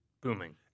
booming